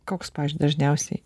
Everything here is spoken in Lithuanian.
koks pavyzdžiui dažniausiai